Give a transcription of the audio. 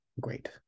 great